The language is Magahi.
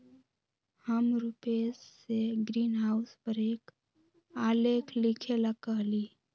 हम रूपेश से ग्रीनहाउस पर एक आलेख लिखेला कहली